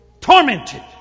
Tormented